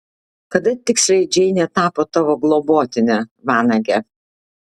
kada tiksliai džeinė tapo tavo globotine vanage